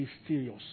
mysterious